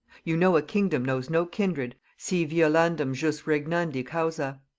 you know a kingdom knows no kindred, si violandum jus regnandi causa.